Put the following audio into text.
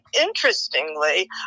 interestingly